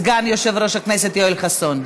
סגן יושב-ראש הכנסת יואל חסון.